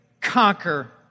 conquer